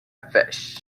fish